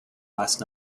last